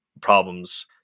problems